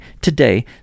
today